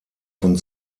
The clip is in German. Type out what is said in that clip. von